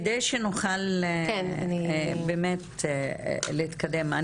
כדי שנוכל באמת להתקדם,